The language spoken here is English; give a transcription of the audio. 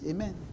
Amen